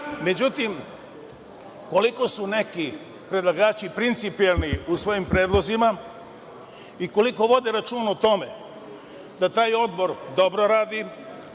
koliko su neki predlagači principijelni u svojim predlozima i koliko vode računa o tome da taj odbor dobro radi,